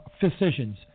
physicians